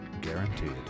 guaranteed